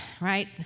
right